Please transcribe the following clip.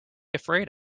afraid